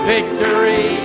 Victory